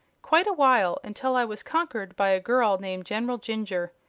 quite awhile, until i was conquered by a girl named general jinjur.